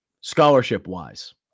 scholarship-wise